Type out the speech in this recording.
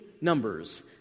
numbers